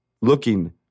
looking